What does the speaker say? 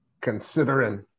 considering